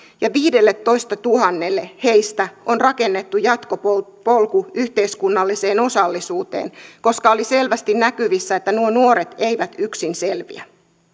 ja viidelletoistatuhannelle heistä on rakennettu jatkopolku yhteiskunnalliseen osallisuuteen koska oli selvästi näkyvissä että nuo nuoret eivät yksin selviä